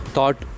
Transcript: Thought